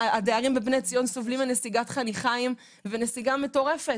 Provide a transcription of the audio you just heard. הדיירים בבני ציון סובלים מנסיגת חניכיים ונסיגה מטורפת,